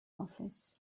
office